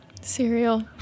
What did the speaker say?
Cereal